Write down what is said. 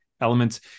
elements